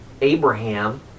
Abraham